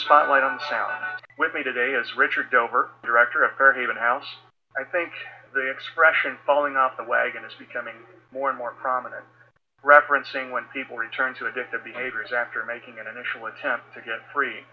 spotlight on sound with me today as richard over director of bird even house i think the expression falling off the wagon is becoming more and more prominent referencing when people return to addictive behaviors after making initial attempts to get free